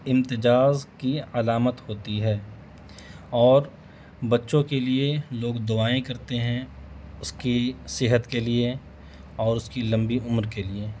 امتجاز کی علامت ہوتی ہے اور بچوں کے لیے لوگ دعائیں کرتے ہیں اس کی صحت کے لیے اور اس کی لمبی عمر کے لیے